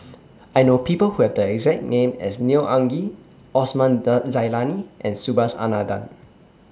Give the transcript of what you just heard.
I know People Who Have The exact name as Neo Anngee Osman Zailani and Subhas Anandan